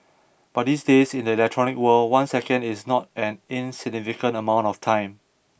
but these days in the electronic world one second is not an insignificant amount of time